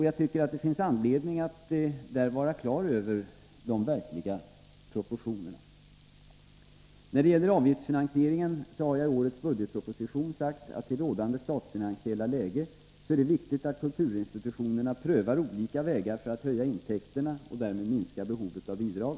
Jag tycker att det finns anledning att där ha de verkliga proportionerna klara för sig. När det gäller avgiftsfinansieringen har jag i årets budgetproposition sagt att det i rådande statsfinansiella läge är viktigt att kulturinstitutionerna prövar olika vägar att höja intäkterna och därmed minska behovet av bidrag.